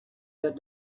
that